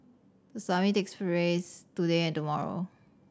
the summit takes today and tomorrow